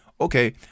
okay